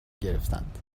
گرفتند